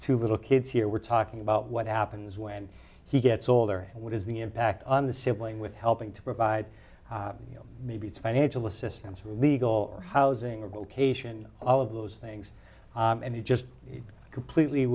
two little kids here we're talking about what happens when he gets older what is the impact on the sibling with helping to provide you know maybe it's financial assistance or legal or housing or vocation all of those things and it just completely